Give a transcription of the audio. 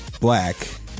Black